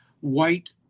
white